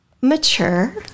mature